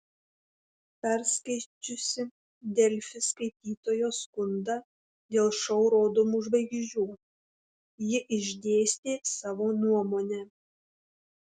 perskaičiusi delfi skaitytojo skundą dėl šou rodomų žvaigždžių ji išdėstė savo nuomonę